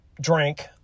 drank